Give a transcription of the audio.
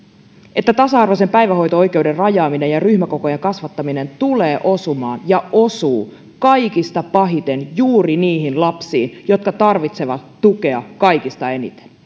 että tasa arvoisen päivähoito oikeuden rajaaminen ja ryhmäkokojen kasvattaminen tulevat osumaan ja osuvat kaikista pahiten juuri niihin lapsiin jotka tarvitsevat tukea kaikista eniten